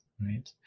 Right